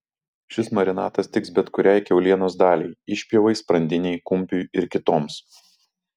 šis marinatas tiks bet kuriai kiaulienos daliai išpjovai sprandinei kumpiui ir kitoms